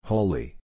Holy